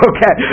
Okay